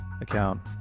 account